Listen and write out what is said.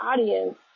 audience